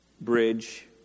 bridge